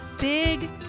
Big